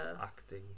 acting